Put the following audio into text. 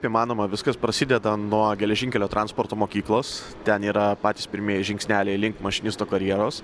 įmanoma viskas prasideda nuo geležinkelio transporto mokyklos ten yra patys pirmieji žingsneliai link mašinisto karjeros